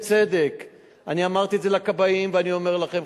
שבצדק אני אמרתי את זה לכבאים ואני אומר לכם,